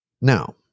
Now